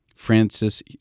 Francis